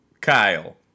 Kyle